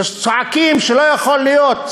שצועקים שלא יכול להיות,